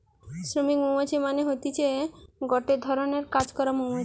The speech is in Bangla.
শ্রমিক মৌমাছি মানে হতিছে গটে ধরণের কাজ করা মৌমাছি